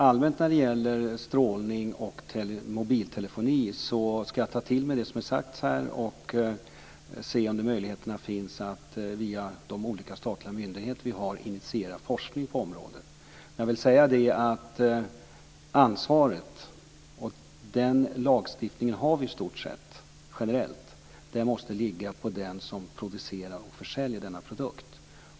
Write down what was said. Allmänt när det gäller strålning och mobiltelefoni ska jag ta till mig det som har sagts här och se om möjligheter finns att via olika statliga myndigheter initiera forskning på området. En lagstiftning har vi i stort sett, men ansvaret måste generellt ligga på den som producerar och försäljer denna produkt.